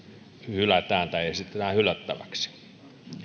hylätään tai esitetään hylättäväksi